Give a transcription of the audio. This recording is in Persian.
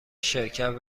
شرکت